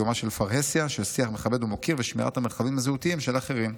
קיומה של פרהסיה של שיח מכבד ומוקיר ושמירת המרחבים הזהותיים של אחרים.